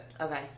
Okay